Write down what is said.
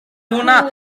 hwnna